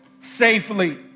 safely